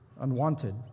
unwanted